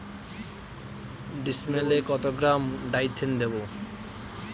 ডিস্মেলে কত gram Dithane দেবো?